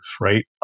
right